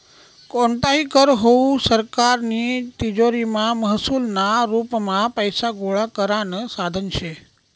कोणताही कर हावू सरकारनी तिजोरीमा महसूलना रुपमा पैसा गोळा करानं साधन शे